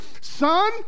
Son